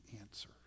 answer